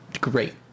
great